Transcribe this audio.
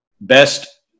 best